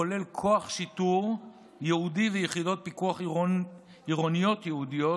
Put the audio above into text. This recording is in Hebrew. הכולל כוח שיטור ייעודי ויחידות פיקוח עירוניות ייעודיות